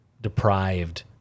deprived